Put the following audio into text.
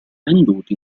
venduti